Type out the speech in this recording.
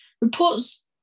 Reports